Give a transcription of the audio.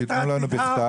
שיתנו לנו בכתב,